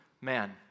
man